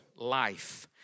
life